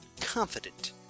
confident